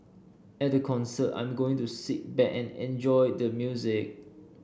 at the concert I'm going to sit back and enjoy the music